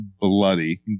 bloody